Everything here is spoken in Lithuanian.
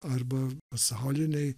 arba pasaulinėj